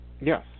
yes